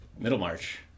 Middlemarch